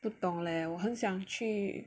不懂 leh 我很想去